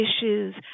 issues